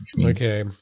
Okay